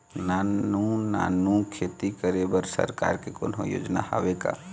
नानू नानू खेती करे बर सरकार के कोन्हो योजना हावे का?